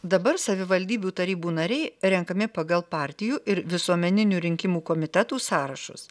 dabar savivaldybių tarybų nariai renkami pagal partijų ir visuomeninių rinkimų komitetų sąrašus